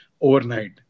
overnight